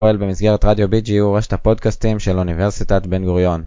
פועל במסגרת רדיו BGU ורשת הפודקסטים של אוניברסיטת בן גוריון.